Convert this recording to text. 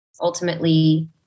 ultimately